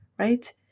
right